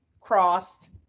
crossed